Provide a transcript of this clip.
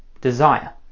desire